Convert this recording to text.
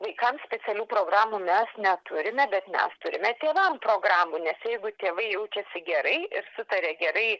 vaikams specialių programų mes neturime bet mes turime tėvam programų nes jeigu tėvai jaučiasi gerai sutaria gerai